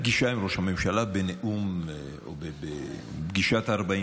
פגישה עם ראש הממשלה בדיון 40 החתימות,